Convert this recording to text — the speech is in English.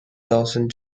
dawson